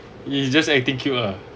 he is just acting cute ah